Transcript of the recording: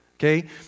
Okay